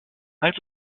als